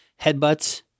headbutts